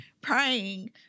praying